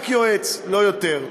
רק יועץ, לא יותר.